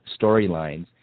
storylines